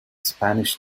spanish